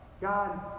God